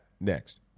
next